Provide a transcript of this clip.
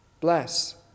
Bless